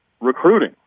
recruiting